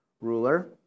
ruler